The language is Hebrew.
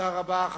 תודה רבה.